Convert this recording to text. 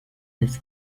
des